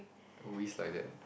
always like that